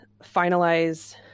finalize